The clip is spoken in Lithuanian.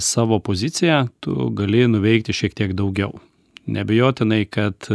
savo poziciją tu gali nuveikti šiek tiek daugiau neabejotinai kad